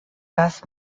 das